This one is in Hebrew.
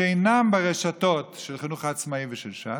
שאינם ברשתות של החינוך העצמאי ושל ש"ס,